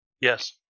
Yes